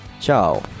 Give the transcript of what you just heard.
Ciao